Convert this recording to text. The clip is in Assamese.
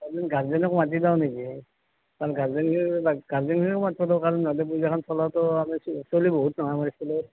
অকণমান গাৰ্জেনক মাতি দিওঁ নেকি কাৰণ গাৰ্জেনখিনিতো গাৰ্জেনখিনিকো মাতিব লাগিব কাৰণ নহ'লে পূজাখন চলাওঁতেও আমি চলি বহুত নহয় আমাৰ স্কুলত